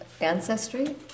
ancestry